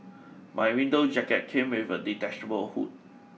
my winter jacket came with a detachable hood